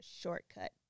shortcut